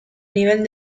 nivel